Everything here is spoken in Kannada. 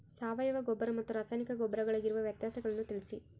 ಸಾವಯವ ಗೊಬ್ಬರ ಮತ್ತು ರಾಸಾಯನಿಕ ಗೊಬ್ಬರಗಳಿಗಿರುವ ವ್ಯತ್ಯಾಸಗಳನ್ನು ತಿಳಿಸಿ?